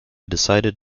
decided